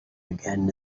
again